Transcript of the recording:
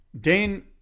Dane